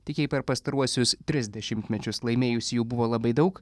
tik jei per pastaruosius tris dešimtmečius laimėjusiųjų buvo labai daug